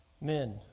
men